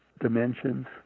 dimensions